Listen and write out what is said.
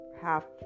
half